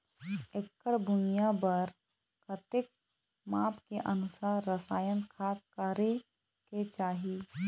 एकड़ भुइयां बार कतेक माप के अनुसार रसायन खाद करें के चाही?